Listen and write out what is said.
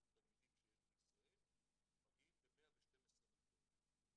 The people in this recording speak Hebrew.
תלמידים שיש בישראל מגיעים ל-112 מיליון.